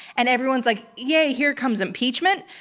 and everyone's like, yay, here comes impeachment.